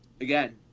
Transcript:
again